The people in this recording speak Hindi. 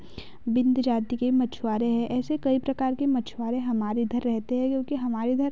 बिंद जाति के भी मछुआरे हैं ऐसे कई प्रकार के मछुआरे हमारे इधर रहते हैं क्योंकि हमारे इधर